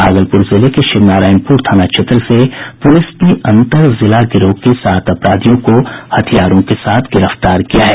भागलपुर जिले के शिवनारायणपुर थाना क्षेत्र से पुलिस ने अंतरजिला गिरोह के सात अपराधियों को हथियार के साथ गिरफ्तार किया है